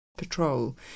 Patrol